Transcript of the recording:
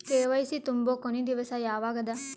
KYC ತುಂಬೊ ಕೊನಿ ದಿವಸ ಯಾವಗದ?